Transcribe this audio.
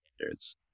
standards